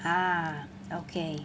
ah okay